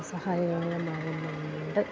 സഹായകരമാകുന്നുണ്ട്